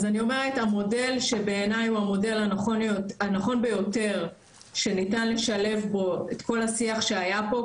המודל שבעיניי הוא המודל הנכון ביותר שניתן לשלב בו את כל השיח שהיה פה,